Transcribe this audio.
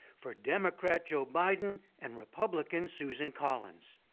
for democrat joe biden and republican susan collins.